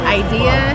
idea